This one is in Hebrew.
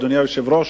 אדוני היושב-ראש,